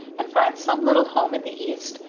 and find some little home in the east,